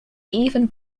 even